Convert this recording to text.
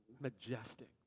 majestic